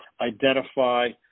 identify